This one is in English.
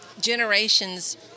generations